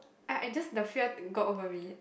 I I just the fear got over me